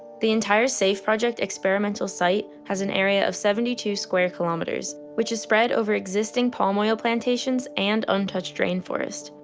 the entire safe project experimental site has an area of seventy two square kilometers which is spread over existing palm oil plantations and untouched rainforest,